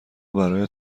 برایت